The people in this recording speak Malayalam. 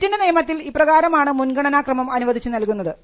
പേറ്റന്റ് നിയമത്തിൽ ഇപ്രകാരമാണ് മുൻഗണനാക്രമം അനുവദിച്ചു നൽകുന്നത്